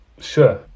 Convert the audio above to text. Sure